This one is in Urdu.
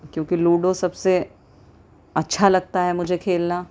کیوں کہ لوڈو سب سے اچھا لگتا ہے مجھے کھیلنا